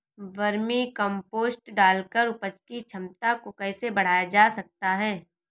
Vermi compost डालकर उपज की क्षमता को कैसे बढ़ाया जा सकता है?